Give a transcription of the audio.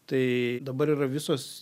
tai dabar yra visos